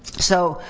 so,